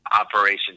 Operation